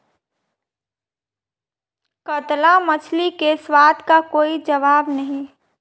कतला मछली के स्वाद का कोई जवाब नहीं